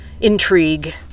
intrigue